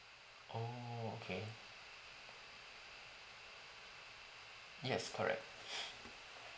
orh okay yes correct